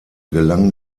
gelang